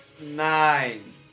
Nine